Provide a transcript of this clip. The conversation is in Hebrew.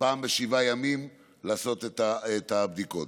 פעם בשבעה ימים לעשות את הבדיקות.